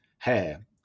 hair